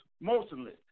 motionless